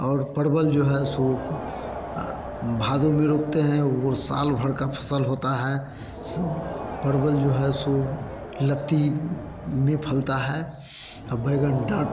और परवल जो है सो वो भादों में रोपते हैं वो साल भर का फसल होता है परवल जो है सो लता में फलता है और बैंगन